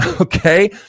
Okay